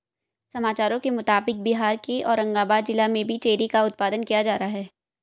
समाचारों के मुताबिक बिहार के औरंगाबाद जिला में भी चेरी का उत्पादन किया जा रहा है